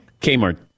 Kmart